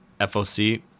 FOC